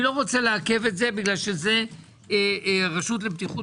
אני לא רוצה לעכב את זה כי זה רשות לבטיחות